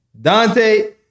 Dante